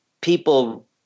people